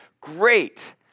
Great